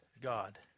god